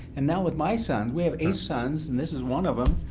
and now with my sons we have eight sons, and this is one of them.